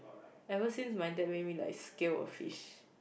ever since my dad made me like scale a fish